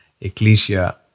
Ecclesia